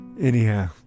Anyhow